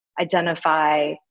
identify